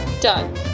Done